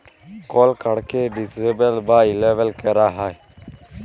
call কাড়কে disable বা enable ক্যরা যায়